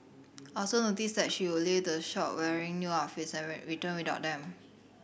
also noticed that she would leave the shop wearing new outfits and returned without them